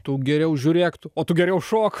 tu geriau žiūrėk tu o tu geriau šok